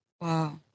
Wow